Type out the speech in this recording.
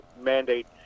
mandate